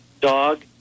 dog